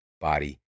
body